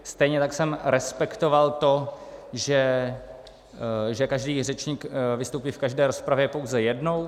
Stejně tak jsem respektoval to, že každý řečník vystoupí v každé rozpravě pouze jednou.